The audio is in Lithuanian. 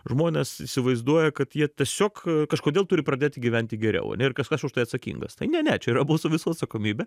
žmonės įsivaizduoja kad jie tiesiog kažkodėl turi pradėti gyventi geriau ir kažkas už tai atsakingas tai ne ne čia yra mūsų visų atsakomybė